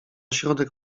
środek